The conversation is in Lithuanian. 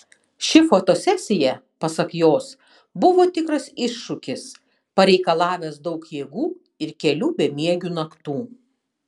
ši fotosesija pasak jos buvo tikras iššūkis pareikalavęs daug jėgų ir kelių bemiegių naktų